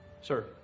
Sir